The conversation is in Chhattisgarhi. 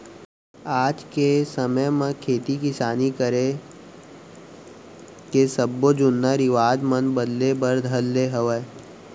आज के समे म खेती किसानी करे के सब्बो जुन्ना रिवाज मन बदले बर धर ले हवय